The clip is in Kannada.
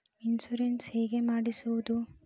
ಇನ್ಶೂರೆನ್ಸ್ ಹೇಗೆ ಮಾಡಿಸುವುದು?